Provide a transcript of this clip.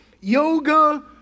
yoga